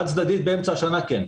חד-צדדי באמצע השנה כן.